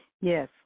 Yes